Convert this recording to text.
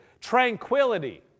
Tranquility